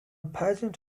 pageant